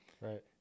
right